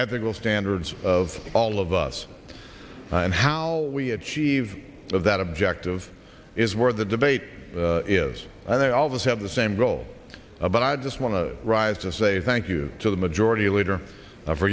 ethical standards of all of us and how we achieve that objective is where the debate yes and they all of us have the same role about i just want to rise to say thank you to the majority leader for